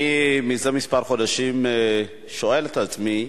מזה כמה חודשים אני שואל את עצמי,